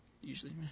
usually